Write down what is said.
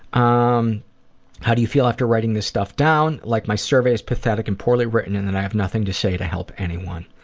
um how do you feel after writing this stuff down? like my survey is pathetic and poorly written and and i have nothing to say to help anyone.